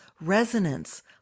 Resonance